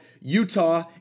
Utah